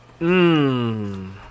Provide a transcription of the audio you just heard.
Mmm